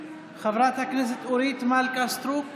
חברת הכנסת אורית מלכה סטרוק,